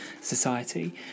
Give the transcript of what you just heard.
Society